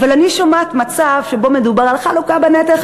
אבל אני שומעת מצב שבו מדובר על חלוקה בנטל,